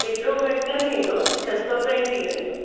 एतिरो घटि न थींदो छह सौ ताईं थी वेंदो